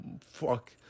fuck